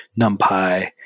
NumPy